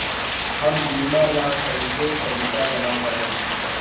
हम बीमा ला कईसे पईसा जमा करम?